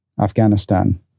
afghanistan